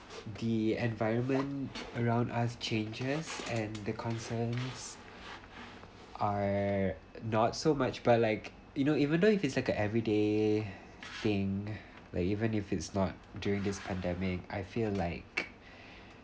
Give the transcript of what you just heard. the environment around us changes and the concerns are not so much but like you know even though if it's like a everyday thing like even if it's not during this pandemic I feel like